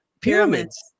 Pyramids